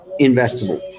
investable